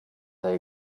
they